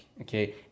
okay